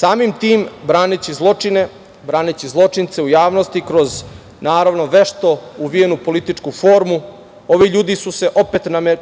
Samim tim braneći zločine, braneći zločince u javnosti kroz vešto uvijenu političku formu ovi ljudi